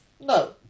no